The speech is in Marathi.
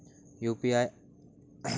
यू.पी.आय आय.डी इसरल्यास काय करुचा?